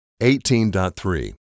18.3